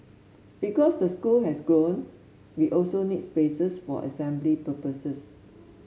because the school has grown we also need spaces for assembly purposes